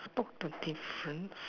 spot the difference